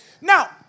Now